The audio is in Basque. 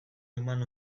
eman